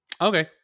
Okay